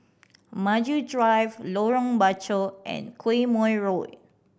Maju Drive Lorong Bachok and Quemoy Road